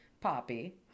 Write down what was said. Poppy